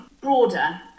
broader